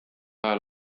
ajal